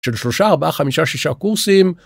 של 3, 4, 5, 6 קורסים.